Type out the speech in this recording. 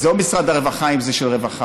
זה או משרד הרווחה אם זה של הרווחה,